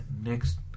next